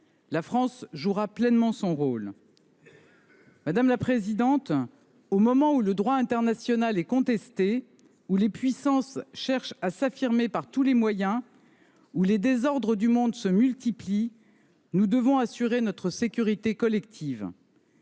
la France jouera pleinement son rôle en ce sens. Au moment où le droit international est contesté, où les puissances cherchent à s’affirmer par tous les moyens et où les désordres du monde se multiplient, nous devons assurer notre sécurité collective.